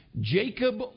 Jacob